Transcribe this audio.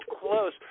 close